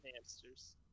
Hamsters